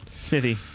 Smithy